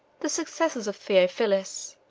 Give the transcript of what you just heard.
the successors of theophilus,